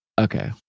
Okay